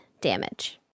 damage